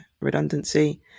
redundancy